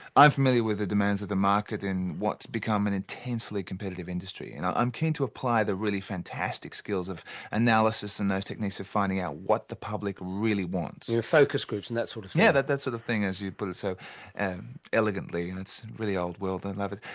i'm familiar with the demands of the market in what's become an intensely competitive industry and i'm keen to apply the really fantastic skills of analysis and those techniques of finding out what the public really wants. focus groups and that sort of thing. yeah, that that sort of thing as you put it so and elegantly and it's really old world, i and love it.